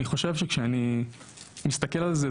אני חושב שכאשר אני מסתכל על זה,